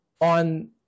on